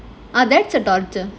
ah that's a torture